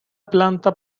planta